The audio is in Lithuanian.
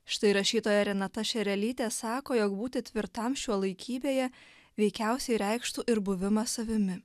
štai rašytoja renata šerelytė sako jog būti tvirtam šiuolaikybėje veikiausiai reikštų ir buvimą savimi